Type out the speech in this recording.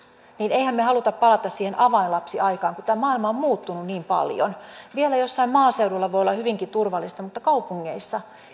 emmehän me halua palata siihen avainlapsiaikaan kun tämä maailma on muuttunut niin paljon vielä jossain maaseudulla voi olla hyvinkin turvallista mutta kaupungeissa